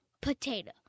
potato